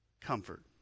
Comfort